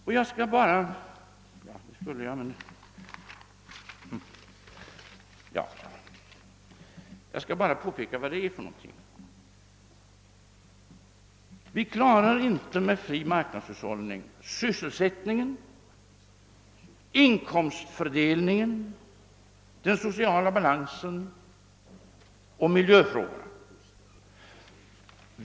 Jag skall påpeka vilka punkter det rör sig om. Vi klarar inte med en fri marknadshushållning sysselsättningen, inkomstutjämningen, den sociala balansen och miljöfrågorna.